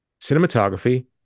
Cinematography